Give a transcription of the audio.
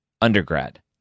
undergrad